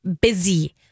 busy